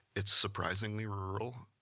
it's surprisingly rural.